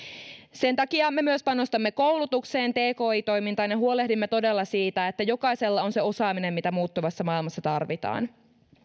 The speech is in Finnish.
sen takia me myös panostamme koulutukseen ja tki toimintaan ja huolehdimme todella siitä että jokaisella on se osaaminen mitä muuttuvassa maailmassa tarvitaan